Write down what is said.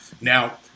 Now